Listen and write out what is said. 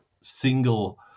single